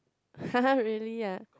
really ah